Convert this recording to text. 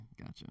gotcha